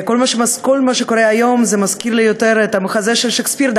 כל מה שקורה היום מזכיר לי יותר את המחזה של שייקספיר,